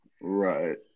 Right